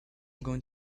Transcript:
going